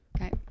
okay